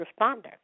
responder